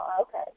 okay